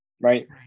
right